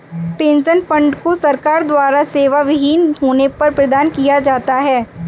pension fund को सरकार द्वारा सेवाविहीन होने पर प्रदान किया जाता है